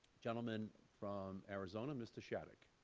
gentleman from arizona, mr. shadegg.